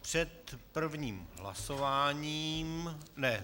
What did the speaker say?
Před prvním hlasováním ne.